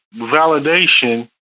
validation